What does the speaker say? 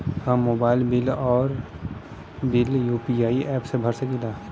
हम mobile bill और bill UPI app से भर सकिला